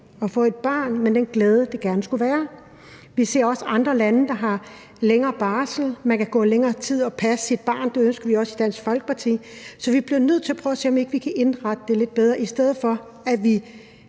at få et barn, men den glæde, som det gerne skulle være. Vi ser også andre lande, hvor man har længere barsel, og hvor man kan gå længere tid og passe sit barn, og det ønsker vi også i Dansk Folkeparti. Så vi bliver nødt til at prøve at se, om ikke vi kan indrette det lidt bedre, i stedet for at vi